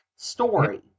Story